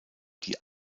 die